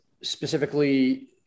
specifically